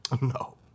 No